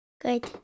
Good